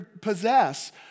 possess